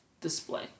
display